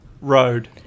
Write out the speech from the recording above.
road